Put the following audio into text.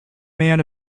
man